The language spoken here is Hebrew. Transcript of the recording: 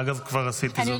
אגב, כבר עשיתי זאת.